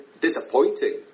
Disappointing